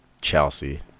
Chelsea